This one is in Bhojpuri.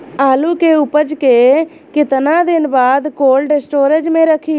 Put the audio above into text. आलू के उपज के कितना दिन बाद कोल्ड स्टोरेज मे रखी?